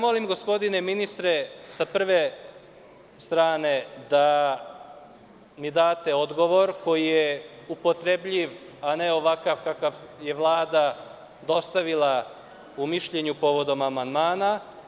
Molim, gospodine ministre, da mi date odgovor sa prve strane, koji je upotrebljiv, a ne ovakav kakav je Vlada dostavila u mišljenju povodom amandmana.